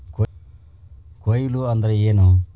ಕೊಯ್ಲು ಅಂದ್ರ ಏನ್?